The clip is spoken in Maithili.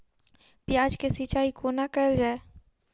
प्याज केँ सिचाई कोना कैल जाए?